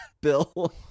Bill